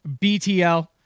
BTL